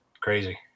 crazy